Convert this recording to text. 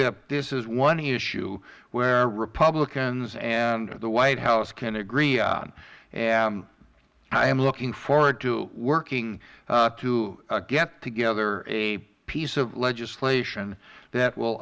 that this is one issue where republicans and the white house can agree and i am looking forward to working to get together a piece of legislation that will